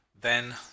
Then